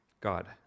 God